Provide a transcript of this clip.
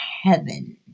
heaven